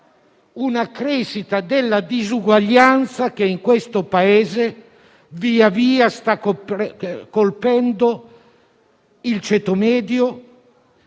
una crescita della disuguaglianza, che in questo Paese via via sta colpendo il ceto medio.